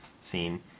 scene